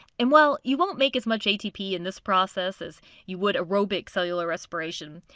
and while you won't make as much atp in this process as you would aerobic cellular respiration,